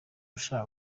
ushaka